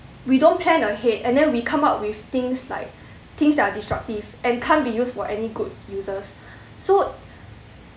we don't plan ahead and then we come up with things like things that are destructive and can't be used for any good uses so